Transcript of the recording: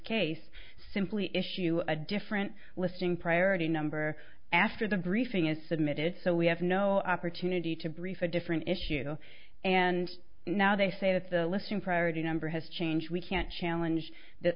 case simply issue a different listing priority number after the briefing is submitted so we have no opportunity to brief a different issue and now they say that the listing priority number has changed we can't challenge th